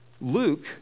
Luke